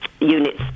units